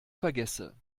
vergesse